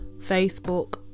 Facebook